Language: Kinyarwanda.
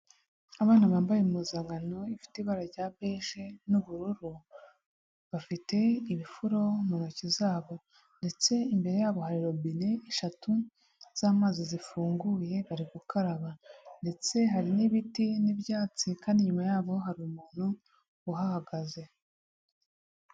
Abana bambaye impuzankan ifite ibara rya beje n'ubururu, bafite ibifuro mu ntoki zabo ndetse imbere yabo hari robine eshatu z'amazi zifunguye bari gukaraba ndetse hari n'ibiti n'ibyatsi kandi inyuma yabo hari umuntu uhahagaze.